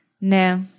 No